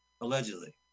allegedly